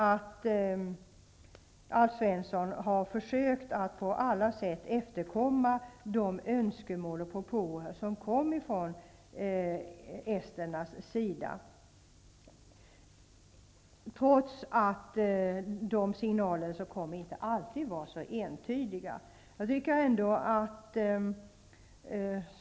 Alf Svensson har försökt att på alla sätt efterkomma de önskemål och propåer som kom från esternas sida, trots att signalerna inte alltid var så entydiga.